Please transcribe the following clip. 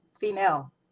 female